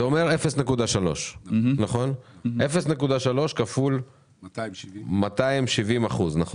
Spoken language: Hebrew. זה אומר 0.3. 0.3 כפול 270 אחוזים.